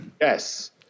Yes